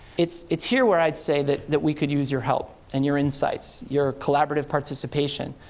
it's it's here where i'd say that that we could use your help and your insights, your collaborative participation.